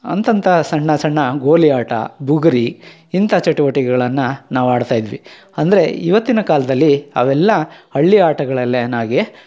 ಅಂತಂಥ ಸಣ್ಣ ಸಣ್ಣ ಗೋಲಿ ಆಟ ಬುಗುರಿ ಇಂಥ ಚಟುವಟಿಕೆಗಳನ್ನು ನಾವು ಆಡ್ತಾಯಿದ್ವಿ ಅಂದರೆ ಇವತ್ತಿನ ಕಾಲದಲ್ಲಿ ಅವೆಲ್ಲ ಹಳ್ಳಿಯ ಆಟಗಳಲ್ಲೇನಾಗಿ